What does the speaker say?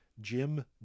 jim